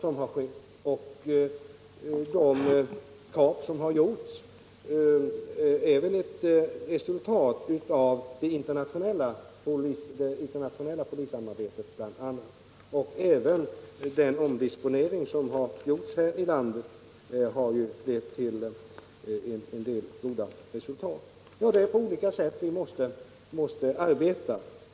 De kap som har gjorts är ett resultat av bl.a. det internationella polissamarbetet. Den omdisponering av resurserna som skett här i landet har också lett till en del goda resultat. Det är på dessa olika sätt vi måste arbeta.